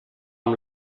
amb